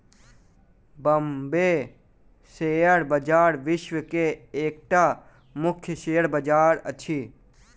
Bombay share बजार विश्व के एकटा मुख्य शेयर बजार अछि